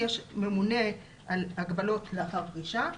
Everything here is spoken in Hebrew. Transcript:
יש ממונה על הגבלות לאחר פרישה,